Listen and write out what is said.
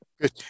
Good